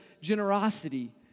generosity